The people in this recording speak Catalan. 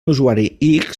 usuari